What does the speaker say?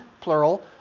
plural